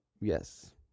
yes